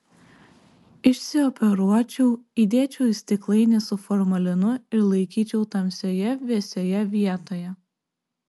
išsioperuočiau įdėčiau į stiklainį su formalinu ir laikyčiau tamsioje vėsioje vietoje